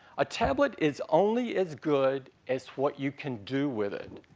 a tablet is only as good as what you can do with it,